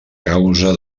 causa